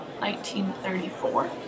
1934